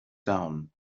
down